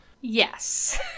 Yes